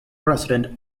president